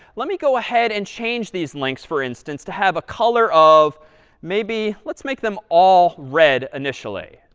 let me go ahead and change these links, for instance, to have a color of maybe let's make them all red initially,